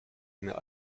mehr